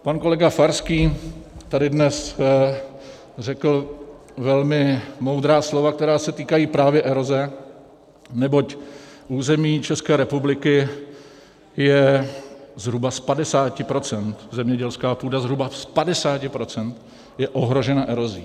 Pan kolega Farský tady dnes řekl velmi moudrá slova, která se týkají právě eroze, neboť území České republiky je zhruba z 50 % zemědělská půda, zhruba z 50 % ohrožená erozí.